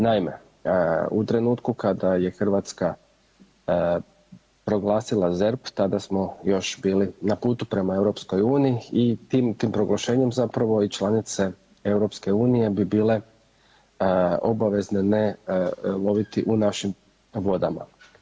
Naime, u trenutku kada je Hrvatska proglasila ZERP tada smo još bili na putu prema EU i tim, tim proglašenjem zapravo i članice EU bi bile obavezne ne loviti u našim vodama.